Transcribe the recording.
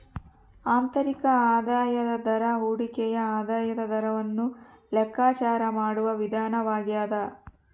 ಆಂತರಿಕ ಆದಾಯದ ದರ ಹೂಡಿಕೆಯ ಆದಾಯದ ದರವನ್ನು ಲೆಕ್ಕಾಚಾರ ಮಾಡುವ ವಿಧಾನವಾಗ್ಯದ